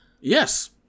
Yes